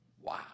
Wow